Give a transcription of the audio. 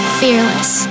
fearless